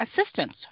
assistance